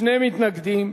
שני מתנגדים.